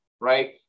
right